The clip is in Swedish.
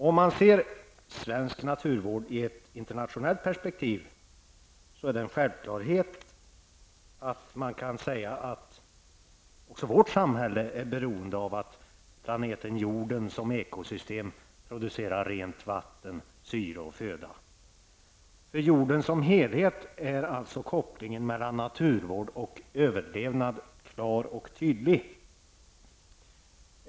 Om man ser svensk naturvård i ett internationellt perspektiv är det självklart att man kan säga att också vårt samhälle är beroende av att planeten jorden som ekosystem producerar rent vatten, syre och föda. För jorden som helhet är kopplingen mellan naturvård och överlevnad klar och tydlig.